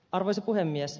arvoisa puhemies